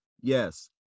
Yes